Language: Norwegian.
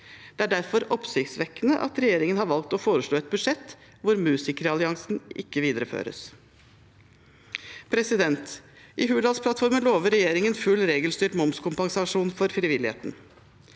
Det er derfor oppsiktsvekkende at regjeringen har valgt å foreslå et budsjett hvor Musikeralliansen ikke videreføres. I Hurdalsplattformen lovet regjeringen full regelstyrt momskompensasjon for frivilligheten.